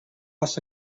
was